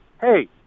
hey